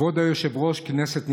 כבוד היושב-ראש, כנסת נכבדה,